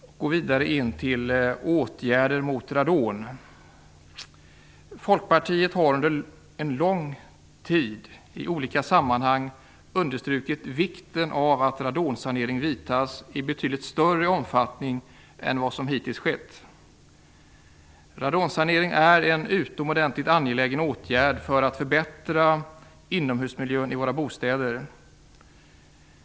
Jag går vidare till frågan om åtgärder mot radon. Folkpartiet har under lång tid i olika sammanhang understrukit vikten av att radonsanering vidtas i betydligt större omfattning än vad som hittills skett. Radonsanering är en utomordentligt angelägen åtgärd för att förbättra inomhusmiljön i våra bostäder.